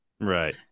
right